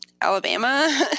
Alabama